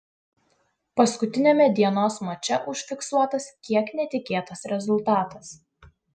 paskutiniame dienos mače užfiksuotas kiek netikėtas rezultatas